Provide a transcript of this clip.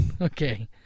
Okay